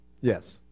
Yes